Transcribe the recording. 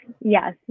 yes